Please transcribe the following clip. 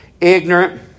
Ignorant